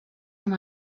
and